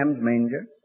manger